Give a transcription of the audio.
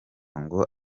ngo